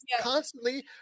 constantly